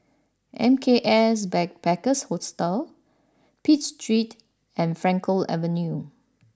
M K S Backpackers Hostel Pitt Street and Frankel Avenue